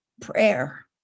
prayer